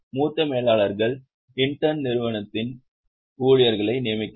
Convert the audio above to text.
மூத்த மேலாளர்கள் இன்டர்ன் நிறுவனத்தின் ஊழியர்களை நியமிக்கிறார்